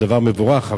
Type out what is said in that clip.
שהדבר מבורך.